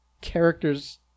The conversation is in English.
characters